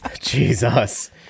Jesus